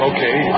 Okay